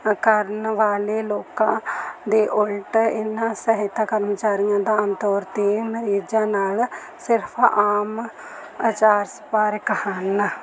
ਕਰਨ ਵਾਲੇ ਲੋਕਾਂ ਦੇ ਉਲਟ ਇਹਨਾਂ ਸਹਾਇਤਾ ਕਰਮਚਾਰੀਆਂ ਦਾ ਆਮ ਤੌਰ 'ਤੇ ਮਰੀਜ਼ਾਂ ਨਾਲ ਸਿਰਫ ਆਮ ਅਚਾਰ ਸੰਪਰਕ ਹਨ